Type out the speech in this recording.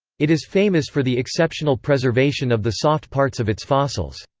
it is famous for the exceptional preservation of the soft parts of its fossils.